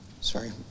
Sorry